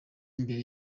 mbere